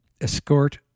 escort